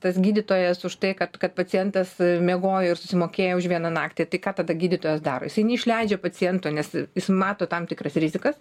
tas gydytojas už tai kad kad pacientas miegojo ir susimokėjo už vieną naktį tai ką tada gydytojas daro jisai neišleidžia paciento nes jis mato tam tikras rizikas